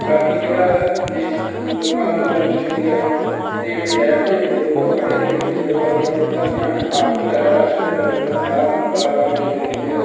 ਬਾਕੀ ਜਿਹੜਾ ਜਿਸ ਲੋਕਾਂ ਵੱਲੋਂ ਗੱਲ ਕਰੀਤੀ ਜਾਵੇ ਅਤੇ ਜਿਹੜੇ ਸ਼ਹਿਰ ਦੇ ਵਿੱਚ ਲੋਕ ਉਹ ਪੜ੍ਹੇ ਲਿਖੇ ਹੁੰਦੇ ਆ ਉਹ ਆਪਣੀ ਸਿਹਤ ਦਾ ਧਿਆਨ ਆਪ ਵੀ ਜ਼ਿਆਦਾ ਰੱਖਦੇ ਅਤੇ ਡੋਕਟਰ ਨਾਲ ਸਲਾਹ ਵਾਰ ਵਾਰ ਲੈਂਦੇ ਰਹਿੰਦੇ ਆ